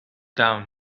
down